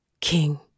king